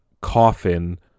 coffin